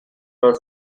our